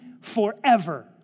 forever